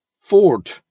Ford